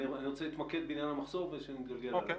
אני רוצה להתמקד בעניין המחסור ונתגלגל הלאה.